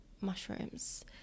mushrooms